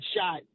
shot